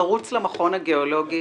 לרוץ למכון הגיאולוגי.